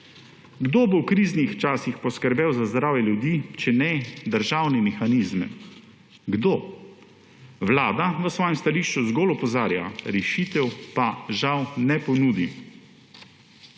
Kdo bo v kriznih časih poskrbel za zdravje ljudi, če ne državni mehanizmi? Kdo? Vlada v svojem stališču zgolj opozarja, rešitev pa žal ne ponudi.